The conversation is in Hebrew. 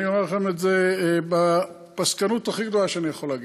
אני אומר לכם את זה בפסקנות הכי גדולה שאני יכול להגיד,